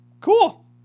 Cool